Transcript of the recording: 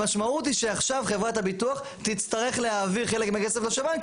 המשמעות היא שעכשיו חברת הביטוח תצטרך להעביר חלק מהכסף לשב"ן,